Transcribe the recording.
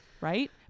right